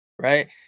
right